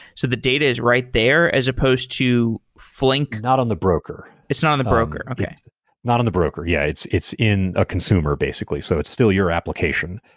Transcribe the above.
so the data is right there as supposed to flink. not on the broker. it's not on the broker. okay not on the broker. yeah, it's it's in the ah consumer basically. so it's still your application,